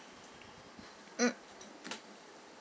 mm